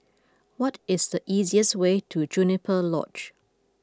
what is the easiest way to Juniper Lodge